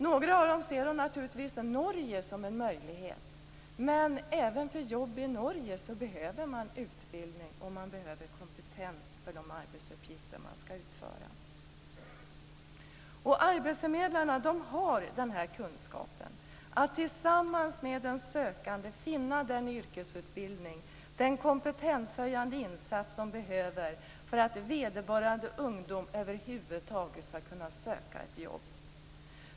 Några av dem ser naturligtvis Norge som en möjlighet, men även för jobb i Norge behöver man utbildning, och man behöver kompetens för de arbetsuppgifter man skall utföra. Arbetsförmedlarna har den kunskap som behövs för att tillsammans med den sökande finna den yrkesutbildning eller den kompetenshöjande insats som behövs för att vederbörande ungdom över huvud taget skall kunna söka ett jobb.